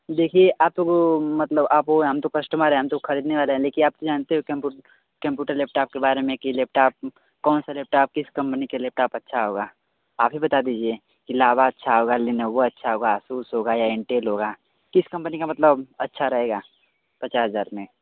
देखिए आप तो वह मतलब आप वह हैं हम तो कस्टमर हैं हम तो खरीदने वाले हैं देखिए आप तो जानते हो कि हमको कि हमको तो लैपटॉप के बारे में कि लैपटॉप कौन सा लैपटॉप किस कम्पनी का लैपटॉप अच्छा होगा आप ही बता दीजिए कि लावा अच्छा होगा लेनोवो अच्छा होगा आसूस होगा या इन्टेल होगा किस कम्पनी का मतलब अच्छा रहेगा पचास हज़ार में